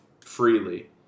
freely